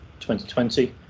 2020